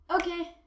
okay